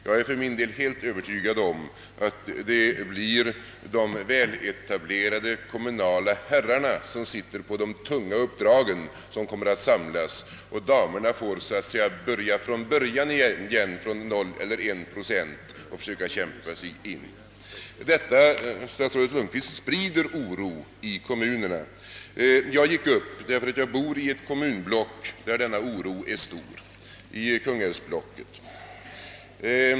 Jag är för min del helt övertygad om att det blir de väl etablerade kommunala herrarna, som innehar de tunga uppdragen, som kommer att ha kvar dessa uppdrag och att damerna får så att säga börja från början från noll eller en procent och så småningom försöka kämpa sig fram till att få kommunala uppdrag. Detta, herr Lundkvist, sprider oro i kommunerna. Jag gick upp i denna debatt, därför att jag bor i ett kommunblock, där denna oro är stor, i Kungälvsblocket.